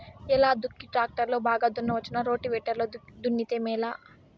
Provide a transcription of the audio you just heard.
ఎలా దుక్కి టాక్టర్ లో బాగా దున్నవచ్చునా రోటివేటర్ లో దున్నితే మేలా?